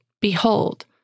behold